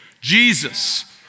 Jesus